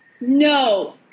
No